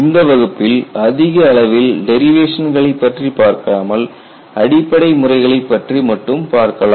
இந்த வகுப்பில் அதிக அளவில் டெரிவேஷன்களைப்பற்றி பார்க்காமல் அடிப்படை முறைகளைப் பற்றி மட்டும் பார்க்கலாம்